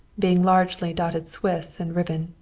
being largely dotted swiss and ribbon.